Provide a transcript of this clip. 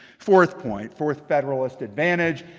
fourth point, fourth federalist advantage,